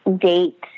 date